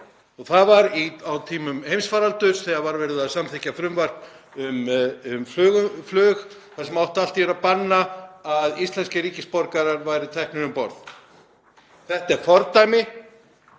Það var á tímum heimsfaraldurs þegar verið var að samþykkja frumvarp um flug þar sem átti allt í einu að banna að íslenskir ríkisborgarar væru teknir um borð. Þetta er fordæmi